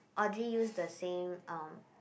Audrey use the same um